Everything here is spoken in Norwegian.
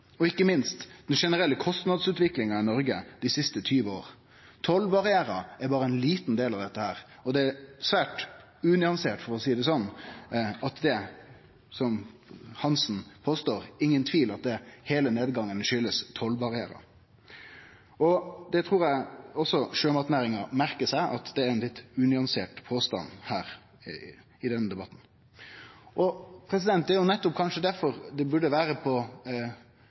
og ikkje minst den generelle kostnadsutviklinga i Noreg dei siste 20 åra. Tollbarrierar er berre ein liten del av dette, og det er svært unyansert, for å seie det sånn, det som representanten Hansen påstår, at det er ingen tvil om at heile nedgangen har si årsak i tollbarrierar. Og det trur eg òg at sjømatnæringa merkar seg, at det er ein litt unyansert påstand her i denne debatten. Det er kanskje nettopp derfor det burde vere